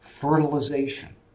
fertilization